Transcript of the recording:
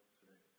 today